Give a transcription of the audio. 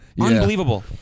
unbelievable